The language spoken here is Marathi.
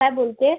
काय बोलते